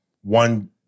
one